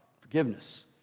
forgiveness